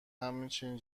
همچین